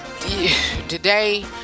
today